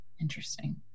Interesting